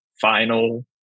final